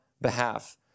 behalf